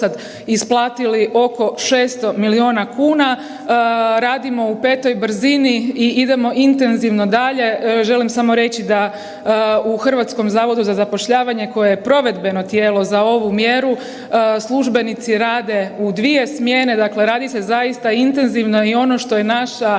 isplatili oko 600 miliona kuna. Radimo u 5 brzini i idemo intenzivno dalje. Želim samo reći da u HZZ-u koje je provedbeno tijelo za ovu mjeru službenici rade u dvije smjene, dakle radi se zaista intenzivno i ono što je naša